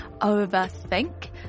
overthink